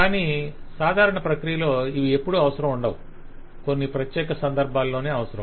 కానీ సాధారణ ప్రక్రియలో ఇవి ఎప్పుడూ అవసరం ఉండవు కొన్ని ప్రత్యేక సందర్భాలలోనే అవసరం